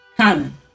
common